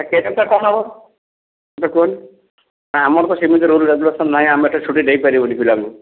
ତା କ୍ୟାରିୟରଟା କ'ଣ ହେବ ମୋତେ କୁହନ୍ତୁ ନା ଆମର ତ ସେମିତି ରୁଲ୍ ରେଗୁଲେସନ୍ ନାହିଁ ଆମେ ତ ଏତେ ଛୁଟି ଦେଇ ପାରିବୁନି ପିଲାଙ୍କୁ